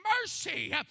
mercy